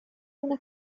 una